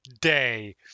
day